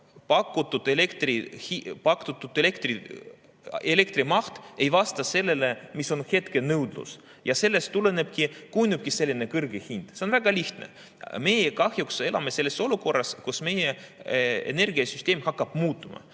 pakutud elektri maht ei vasta sellele, mis on hetkenõudlus. Sellest tulenebki selline kõrge hind – see on väga lihtne. Meie kahjuks elame sellises olukorras, kus meie energiasüsteem hakkab muutuma.